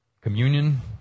Communion